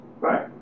Right